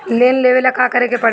Loan लेबे ला का करे के पड़े ला?